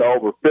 over